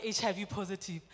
HIV-positive